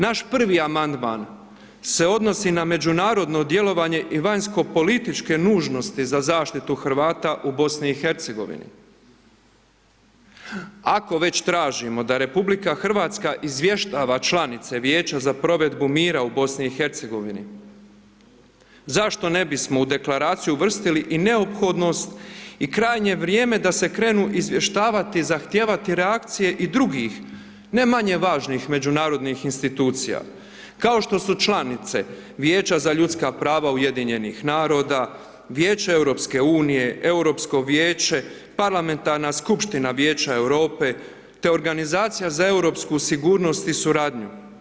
Naš prvi amandman se odnosi na međunarodno djelovanje i vanjsko političke nužnosti za zaštitu Hrvata u BiH-u. ako već tražimo da RH izvještava članice Vijeća za provedbu mira u BiH-u, zašto me bismo u deklaraciju uvrstili i neophodnost i krajnje je vrijeme da se krenu izvještavati, zahtijevati reakcije i drugih, ne manje važnih međunarodnih institucija kao što su članice Vijeća za ljudska prava UN-a, Vijeće EU-a, Europsko vijeće, Parlamentarna skupština Vijeća Europe te Organizacija za europsku sigurnost i suradnju.